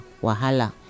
wahala